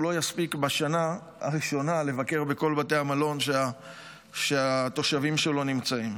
הוא לא יספיק בשנה הראשונה לבקר בכל בתי מלון שהתושבים שלו נמצאים.